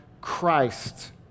Christ